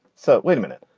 so wait a minute.